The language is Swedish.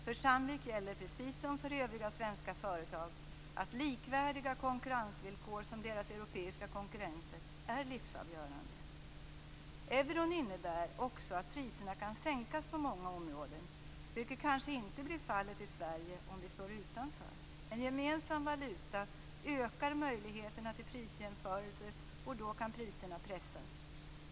För Sandvik gäller precis som för övriga svenska företag att likvärdiga konkurrensvillkor i förhållande till de europeiska konkurrenterna är livsavgörande. Euron innebär också att priserna kan sänkas på många områden, vilket kanske inte blir fallet i Sverige om vi står utanför. En gemensam valuta ökar möjligheterna till prisjämförelser, och då kan priserna pressas.